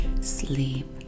sleep